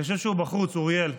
אני חושב שהוא בחוץ, אוריאל.